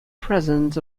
present